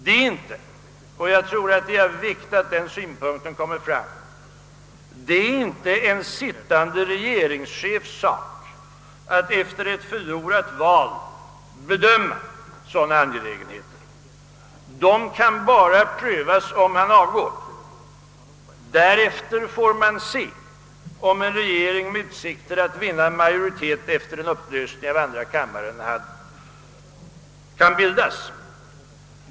Det är inte —jagtror att det är av vikt att den synpunkten föres fram — en sittande regeringschefs sak att efter ett förlorat val bedöma sådana angelägenheter. Det kan bara prövas genom att han avgår. Därefter får man se, om en regering med utsikter att vinna majoritet efter en upplösning av andra kammaren kan bildas.